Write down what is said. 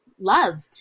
loved